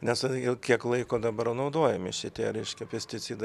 nes jau kiek laiko dabar naudojami šitie reiškia pesticidai